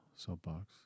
Soapbox